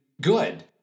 good